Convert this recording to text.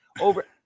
over